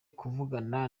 kuvugana